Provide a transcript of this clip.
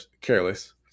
careless